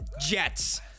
Jets